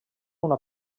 una